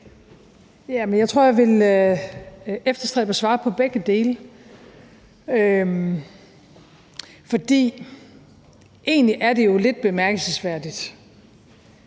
jeg vil efterstræbe at svare på begge dele. Det er jo egentlig lidt bemærkelsesværdigt,